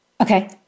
Okay